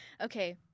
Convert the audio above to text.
Okay